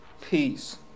peace